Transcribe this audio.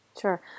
Sure